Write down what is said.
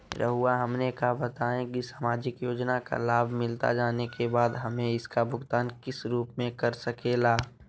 रहुआ हमने का बताएं की समाजिक योजना का लाभ मिलता जाने के बाद हमें इसका भुगतान किस रूप में कर सके ला?